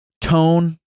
tone